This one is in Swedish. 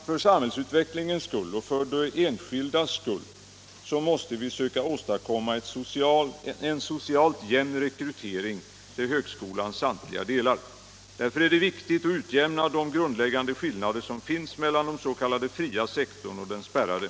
För samhällsutvecklingens skull och för de enskildas skull måste vi söka åstadkomma en socialt jämn rekrytering till högskolans samtliga delar. Därför är det viktigt att utjämna de grundläggande skillnader som finns mellan den s.k. fria sektorn och den spärrade.